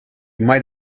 might